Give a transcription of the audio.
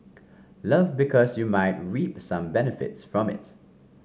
love because you might reap some benefits from it